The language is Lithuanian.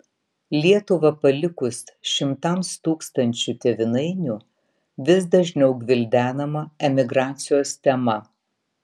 lietuvą palikus šimtams tūkstančių tėvynainių vis dažniau gvildenama emigracijos tema